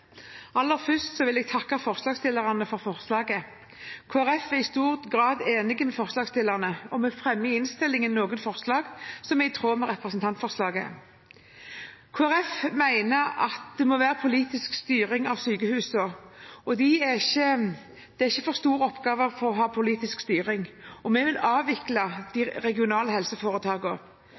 i stor grad enig med forslagsstillerne, og vi fremmer i innstillingen noen forslag som er i tråd med representantforslaget. Kristelig Folkeparti mener at det må være politisk styring av sykehusene. Det er ikke en for stor oppgave å ha politisk styring av, og vi vil avvikle de regionale